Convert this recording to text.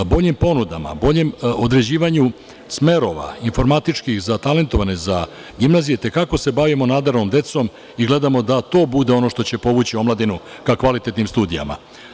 Boljim ponudama, boljem određivanju smerova informatičkih, za talentovane, za gimnazije i te kako se bavimo nadarenom decom i gledamo da to bude ono što će povući omladinu ka kvalitetnim studijama.